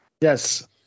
Yes